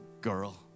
Girl